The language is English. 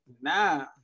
nah